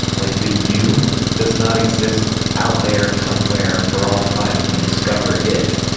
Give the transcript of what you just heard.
like the you does not exist out there somewhere for all time, and you discover it,